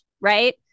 right